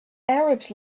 arabs